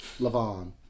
Lavon